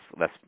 less